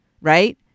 Right